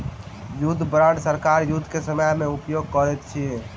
युद्ध बांड सरकार युद्ध के समय में उपयोग करैत अछि